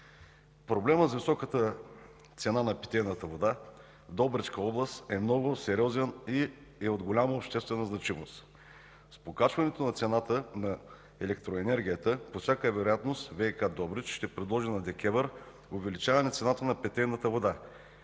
Проблемът с високата цена на питейната вода в Добричка област е много сериозен и е от голяма обществена значимост. С покачване цената на електроенергията по всяка вероятност ВиК – Добрич, ще предложи на ДКЕВР увеличаване цената на питейната вода,